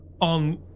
on